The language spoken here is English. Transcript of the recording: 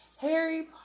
harry